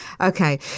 Okay